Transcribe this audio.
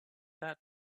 that